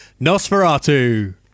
Nosferatu